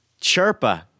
chirpa